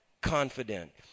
confident